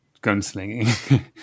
gunslinging